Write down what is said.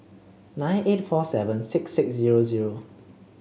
nine eight four seven six six zero zero